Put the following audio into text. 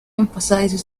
emphasizes